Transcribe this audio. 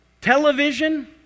Television